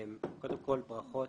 קודם כול ברכות,